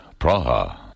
Praha